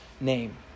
name